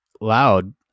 loud